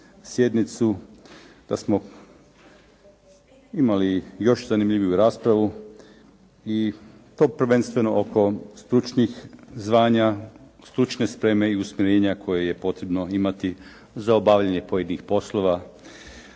da smo imali još zanimljiviju raspravu i to prvenstveno oko stručnih zvanja, stručne spreme i usmjerenja koje je potrebno imati za obavljanje pojedinih poslova